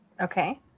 Okay